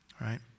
right